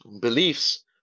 beliefs